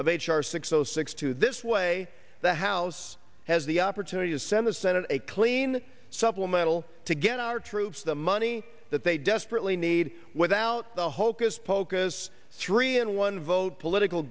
of h r six zero six two this way the house has the opportunity to send the senate a clean supplemental to get our troops the money that they desperately need without the hocus pocus three and one vote political